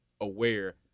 aware